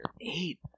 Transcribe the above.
Eight